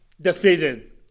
defeated